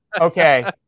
okay